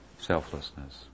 Selflessness